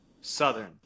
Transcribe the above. Southern